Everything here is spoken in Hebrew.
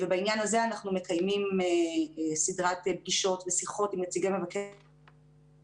בעניין הזה אנחנו מקיימים סדרת פגישות ושיחות עם נציגי מבקר המדינה